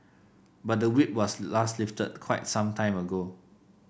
but the Whip was last lifted quite some time ago